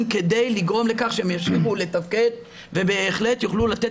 כדי לגרום לכך שהם ימשיכו לתפקד ובהחלט יוכלו לתת